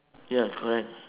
ya correct